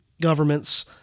governments